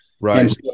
Right